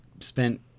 spent